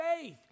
faith